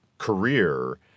career